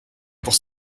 pour